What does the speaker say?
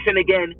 again